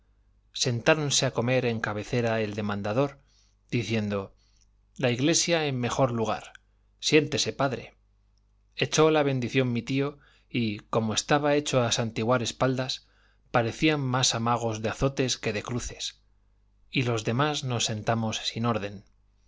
sentáronse a comer en cabecera el demandador diciendo la iglesia en mejor lugar siéntese padre echó la bendición mi tío y como estaba hecho a santiguar espaldas parecían más amagos de azotes que de cruces y los demás nos sentamos sin orden